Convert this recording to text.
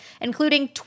including